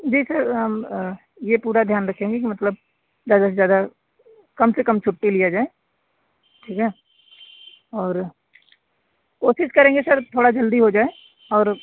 जी sir ये पूरा ध्यान रखेंगे कि मतलब ज़्यादा से ज़्यादा कम से कम छुट्टी लिया जाए ठीक है और कोशिश करेंगे सर थोड़ा जल्दी हो जाए और